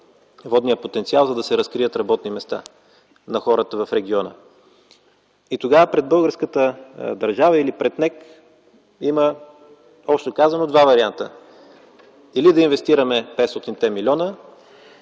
водният потенциал, за да се разкрият работни места на хората в региона. Тогава пред българската държава или пред НЕК има, общо казано, два варианта – или да инвестираме 500-те